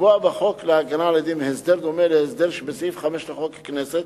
לקבוע בחוק להגנה על עדים הסדר דומה להסדר שבסעיף 5 לחוק הכנסת,